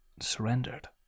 surrendered